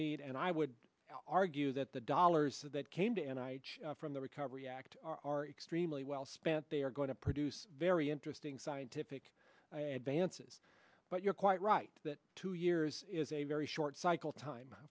need and i would argue that the dollars that came to and i from the recovery act are extremely well spent they are going to produce very interesting scientific vance's but you're quite right that two years is a very short cycle time